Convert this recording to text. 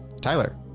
Tyler